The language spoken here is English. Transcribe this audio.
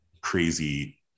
crazy